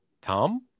Tom